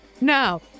Now